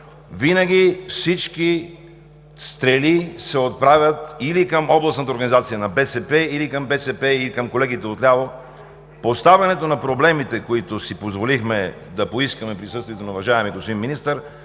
винаги всички стрели се отправят или към областната организация на БСП, или към БСП и към колегите отляво. Поставянето на проблемите, които си позволихме да поискаме в присъствието на уважаемия господин министър,